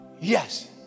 Yes